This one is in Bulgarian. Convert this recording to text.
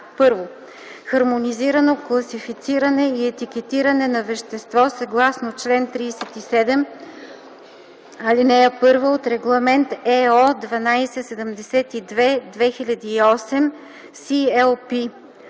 1. хармонизирано класифициране и етикетиране на вещество съгласно чл. 37 (1) от Регламент (ЕО) № 1272/2008 (CLP);